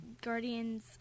Guardians